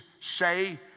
say